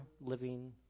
living